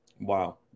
Wow